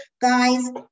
guys